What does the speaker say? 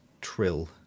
trill